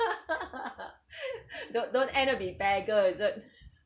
don't don't end up be bad girl is it